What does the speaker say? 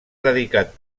dedicat